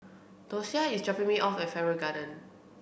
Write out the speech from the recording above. Dosia is dropping me off at Farrer Garden